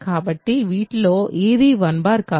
కాబట్టి వాటిలో ఏదీ 1 కాదు